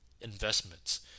investments